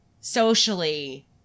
socially